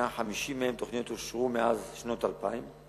כ-150 מהן תוכניות שאושרו מאז שנת 2000,